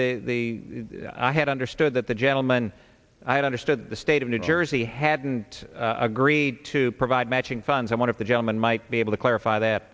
the i had understood that the gentleman i had understood the state of new jersey hadn't agreed to provide matching funds and one of the gentlemen might be able to clarify that